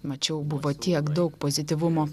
mačiau buvo tiek daug pozityvumo